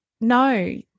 no